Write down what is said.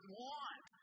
want